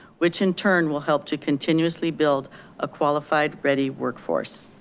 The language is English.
which in turn will help to continuously build a qualified ready workforce.